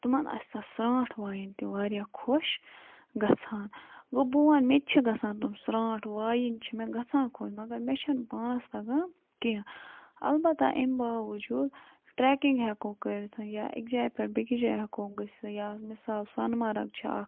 تِمَن آسہِ سۄ سرٛانٛٹھ وایِنۍ تہِ واریاہ خۄش گژھان گوٚو بہٕ وَنہٕ مےٚ تہِ چھِ گژھان تِم سرٛانٛٹھ وایِنۍ چھِ مےٚ گژھان خۄش مگر مےٚ چھَنہٕ پانَس تَگان کیٚنٛہہ البتہ اَمہِ باؤجوٗد ٹرٛیکِنٛگ ہیٚکو کٔرِتھ یا اَکہِ جایہِ پٮ۪ٹھ بیٚیِس جایہِ ہیٚکو گٔژھِتھ یا مِثال سۄنہٕ مرگ چھِ اَکھ